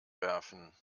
werfen